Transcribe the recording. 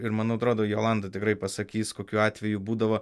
ir man atrodo jolanta tikrai pasakys kokių atveju būdavo